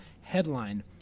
Headline